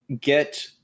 get